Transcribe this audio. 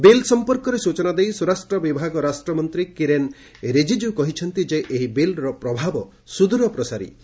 bill ସମ୍ପର୍କରେ ସୂଚନା ଦେଇ ସ୍ୱରାଷ୍ଟ୍ର ବିଭାଗ ରାଷ୍ଟ୍ରମନ୍ତ୍ରୀ କିରେନ୍ ରିଜିକୁ କହିଛନ୍ତି ଯେ ଏହି ବିଲ୍ର ପ୍ରଭାବ ସୁଦ୍ରର ପ୍ରସାରି ହେବ